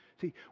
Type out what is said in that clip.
See